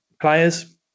players